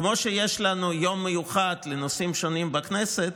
כמו שיש לנו יום מיוחד לנושאים שונים בכנסת,